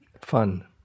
Fun